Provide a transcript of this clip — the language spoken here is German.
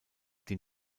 den